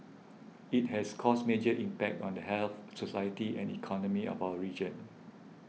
it has caused major impact on the health society and economy of our region